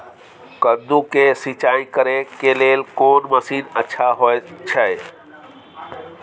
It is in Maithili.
कद्दू के सिंचाई करे के लेल कोन मसीन अच्छा होय छै?